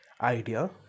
idea